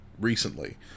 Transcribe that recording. recently